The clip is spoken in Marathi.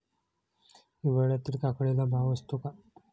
हिवाळ्यात काकडीला भाव असतो का?